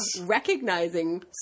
recognizing